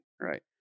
Right